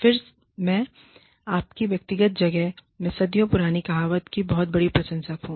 फिर से मैं आपकी व्यक्तिगत जगह के सदियों पुरानी कहावत की बहुत बड़ी प्रशंसक हूँ